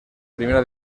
primera